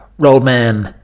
Roadman